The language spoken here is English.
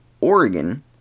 Oregon